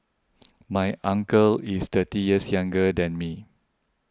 my uncle is thirty years younger than me